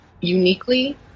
uniquely